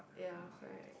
ya correct